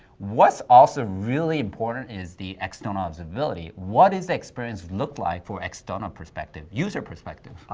what's also really important is the external observability. what does the experience look like for external perspective? user perspective?